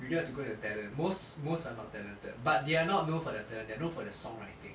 you just have to go with the talent most are not talented but they are not known for their talent they are known for their songwriting